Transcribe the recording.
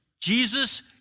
Jesus